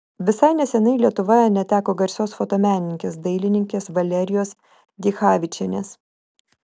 visai neseniai lietuva neteko garsios fotomenininkės dailininkės valerijos dichavičienės